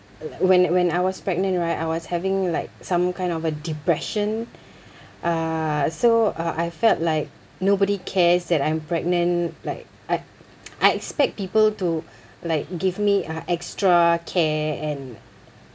like when when I was pregnant right I was having like some kind of a depression uh so uh I felt like nobody cares that I'm pregnant like I I expect people to like give me uh extra care and